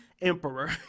Emperor